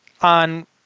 on